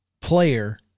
player